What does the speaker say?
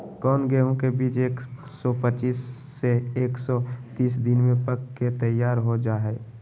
कौन गेंहू के बीज एक सौ पच्चीस से एक सौ तीस दिन में पक के तैयार हो जा हाय?